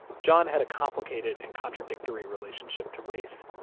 john had a complicated and contradictory relationship to race.